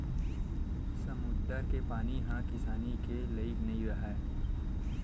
समुद्दर के पानी ह किसानी के लइक नइ राहय